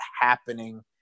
happening